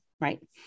right